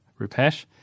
Rupesh